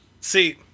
See